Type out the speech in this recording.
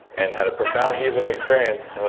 and had a profound healing experience.